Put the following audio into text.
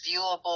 viewable